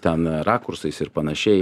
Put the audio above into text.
ten rakursais ir panašiai